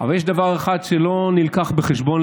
אבל יש דבר אחד שלא נלקח בחשבון,